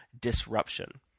disruption